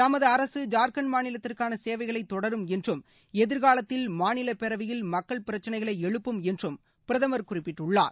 தமது அரசு ஜார்கண்ட் மாநிலத்திற்கான சேவைகளை தொடரும் என்றும் எதிர்காலத்தில் மாநில பேரவையில் மக்கள் பிரச்சனைகளை எழுப்பும் என்றும் பிரதமர் குறிப்பிட்டுள்ளார்